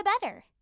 better